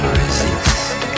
resist